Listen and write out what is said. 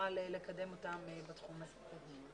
נוכל לקדם אותם בתחום הזה.